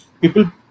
people